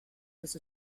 was